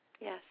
yes